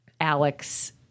Alex